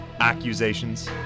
accusations